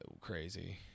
crazy